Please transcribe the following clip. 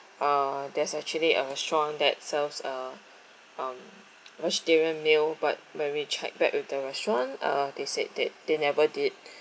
uh there's actually a restaurant that serves a um vegetarian meal but when we checked back with the restaurant uh they said that they never did